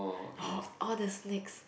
all~ all the snacks